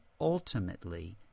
ultimately